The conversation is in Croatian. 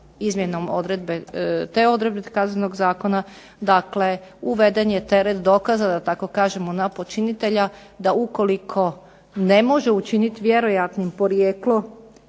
izmjenom te odredbe zakona, dakle, uveden je teret dokaza da tako kažem na počinitelja, da ukoliko ne može učiniti vjerojatnim podrijetlo